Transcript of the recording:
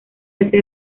hace